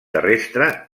terrestre